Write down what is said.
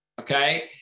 okay